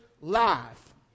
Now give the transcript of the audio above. life